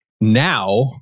now